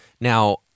Now